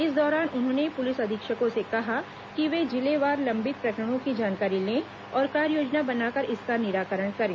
इस दौरान उन्होंने पुलिस अधीक्षकों से कहा कि ये जिलेवार लंबित प्रकरणों की जानकारी लें और कार्ययोजना बनाकर इसका निराकरण करें